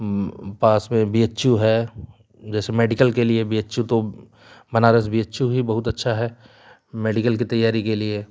पास में B H U है जैसे मेडिकल के लिए बी एच यू तो बनारस बी एच यू भी बहुत अच्छा है मेडिकल की तैयारी के लिए